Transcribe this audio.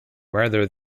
rather